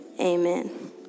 Amen